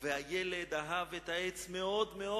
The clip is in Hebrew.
והילד אהב את העץ מאוד מאוד.